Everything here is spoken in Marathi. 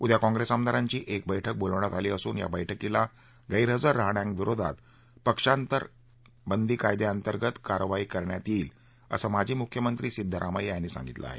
उद्या काँप्रेस आमदारांची एक बर्क्क बोलावण्यात आली असून या बर्क्कीला गद्विजर राहणा यांविरोधात पक्षांतर बंदी कायद्याअंतर्गत कारवाई करण्यात येईल असं माजी मुख्यमंत्री सिद्धरामय्या यांनी सांगितलं आहे